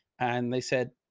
and they said,